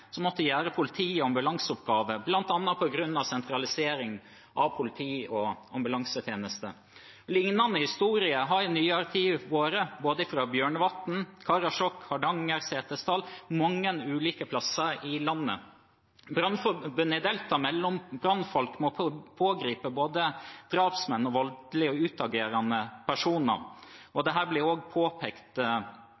som måtte gjøre politi- og ambulanseoppgaver, bl.a. på grunn av sentralisering av politiet og ambulansetjenesten. Lignende historier har i nyere tid kommet fra både Bjørnevatn, Karasjok, Hardanger, Setesdal og mange ulike steder i landet. Brannfolk må pågripe både drapsmenn og voldelige og utagerende personer.